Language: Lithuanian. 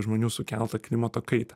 žmonių sukeltą klimato kaitą